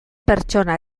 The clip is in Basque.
pertsona